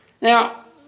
Now